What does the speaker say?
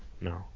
No